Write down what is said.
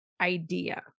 idea